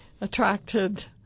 attracted